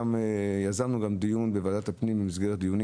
יזמנו דיון בוועדת הפנים במסגרת דיונים